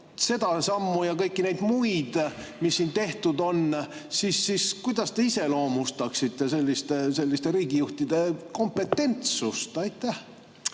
seda sammu ja kõiki muid, mis siin tehtud on, kuidas te iseloomustaksite selliste riigijuhtide kompetentsust? Aitäh!